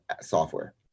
software